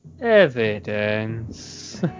evidence